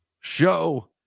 show